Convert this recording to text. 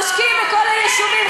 תשקיעי את הכול ביישובים.